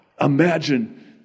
imagine